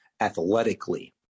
athletically –